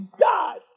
God